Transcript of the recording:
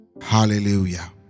hallelujah